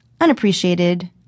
unappreciated